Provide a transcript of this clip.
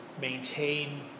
maintain